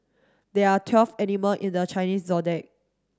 there are twelve animal in the Chinese Zodiac